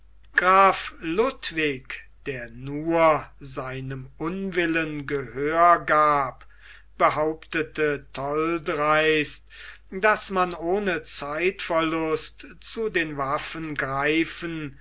ludwig der nur seinem unwillen gehör gab behauptete tolldreist daß man ohne zeitverlust zu den waffen greifen